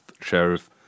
Sheriff